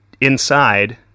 inside